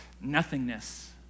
nothingness